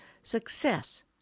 Success